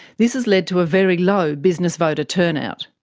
this has led to a very low business voter turnout.